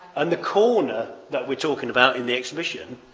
and the corner that we're talking about in the exhibition.